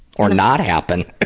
or not happen!